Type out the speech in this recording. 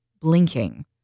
blinking